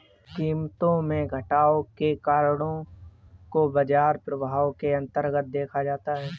कीमतों में घटाव के कारणों को बाजार प्रभाव के अन्तर्गत देखा जाता है